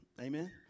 Amen